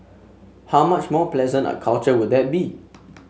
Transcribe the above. how much more pleasant a culture would that be